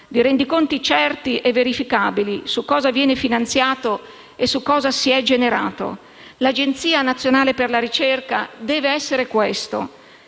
rendiconti certi e verificabili su cosa viene finanziato e su cosa si è generato. L'Agenzia nazionale per la ricerca deve essere questo.